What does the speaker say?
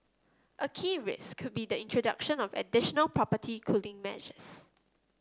a key risk could be the introduction of additional property cooling measures